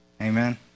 Amen